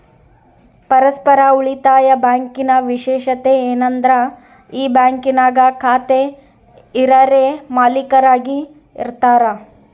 ಪರಸ್ಪರ ಉಳಿತಾಯ ಬ್ಯಾಂಕಿನ ವಿಶೇಷತೆ ಏನಂದ್ರ ಈ ಬ್ಯಾಂಕಿನಾಗ ಖಾತೆ ಇರರೇ ಮಾಲೀಕರಾಗಿ ಇರತಾರ